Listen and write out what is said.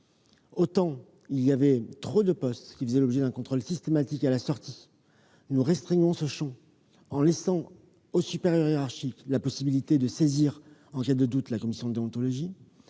Autant trop de postes faisaient l'objet d'un contrôle systématique à la sortie- c'est pourquoi nous restreignons ce champ en laissant au supérieur hiérarchique la possibilité de saisir en cas de doute la commission de déontologie